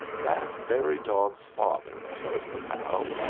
that very dog's father, says the pal,